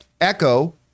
Echo